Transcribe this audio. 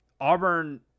Auburn –